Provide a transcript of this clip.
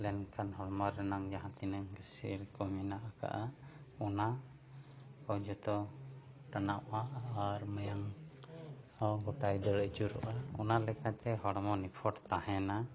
ᱦᱚᱲᱢᱚ ᱨᱮᱱᱟᱜ ᱡᱟᱦᱟᱸ ᱛᱤᱱᱟᱹᱜ ᱜᱮ ᱥᱤᱨ ᱠᱚ ᱢᱮᱱᱟᱜ ᱟᱠᱟᱜᱼᱟ ᱚᱱᱟ ᱠᱚ ᱡᱚᱛᱚ ᱴᱟᱱᱟᱣᱟᱜᱼᱟ ᱟᱨ ᱢᱟᱭᱟᱝ ᱦᱚᱸ ᱜᱚᱴᱟᱭ ᱫᱟᱹᱲ ᱟᱹᱪᱩᱨᱚᱜᱼᱟ ᱚᱱᱟ ᱞᱮᱠᱟᱛᱮ ᱚᱱᱟ ᱞᱮᱠᱟᱛᱮ ᱦᱚᱲᱢᱚ ᱱᱤᱯᱷᱩᱴ ᱛᱟᱦᱮᱱᱟ